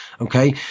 Okay